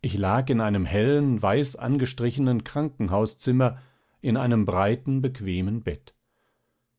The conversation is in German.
ich lag in einem hellen weiß angestrichenen krankenhauszimmer in einem breiten bequemen bett